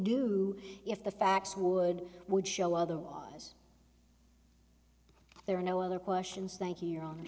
do if the facts would would show otherwise there are no other questions thank you your own